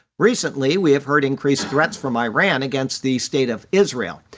recently, we have heard increased threats from iran against the state of israel.